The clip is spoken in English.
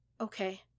Okay